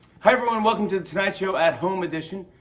hi, everyone. welcome to the tonight show at home edition.